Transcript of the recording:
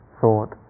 thought